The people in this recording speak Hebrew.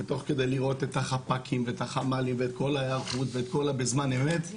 תוך כדי לראות את החפ"קים ואת החמ"לים והכל בזמן אמת,